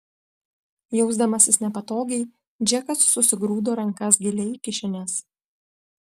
jausdamasis nepatogiai džekas susigrūdo rankas giliai į kišenes